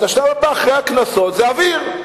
אז השלב הבא אחרי הקנסות זה אוויר.